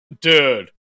Dude